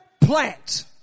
plant